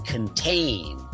Contain